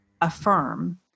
affirm